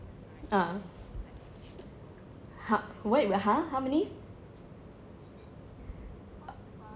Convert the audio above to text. uh ho~ wait !huh! how many